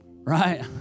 right